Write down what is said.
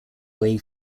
way